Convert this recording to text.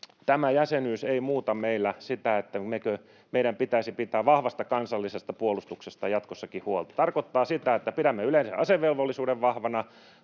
tämä jäsenyys ei muuta meillä sitä, et-teikö meidän pitäisi pitää vahvasta kansallisesta puolustuksesta jatkossakin huolta. Se tarkoittaa sitä, että pidämme yleisen asevelvollisuuden vahvana,